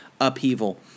upheaval